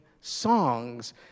songs